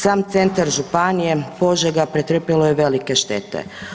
Sam centar županije Požega pretrpjelo je velike štete.